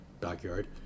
backyard